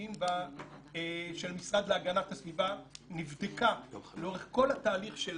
הבריאותיים של המשרד להגנת הסביבה נבדקה לאורך כל התהליך של